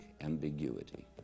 ambiguity